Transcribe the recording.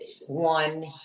One